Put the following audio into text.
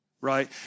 right